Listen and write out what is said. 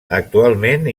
actualment